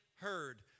heard